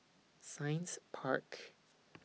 Science Park